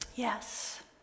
Yes